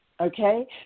Okay